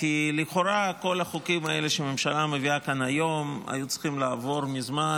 לכאורה כל החוקים האלה שהממשלה מביאה כאן היום היו צריכים לעבור מזמן,